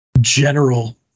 general